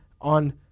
on